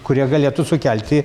kurie galėtų sukelti